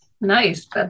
Nice